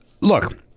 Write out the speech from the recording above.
look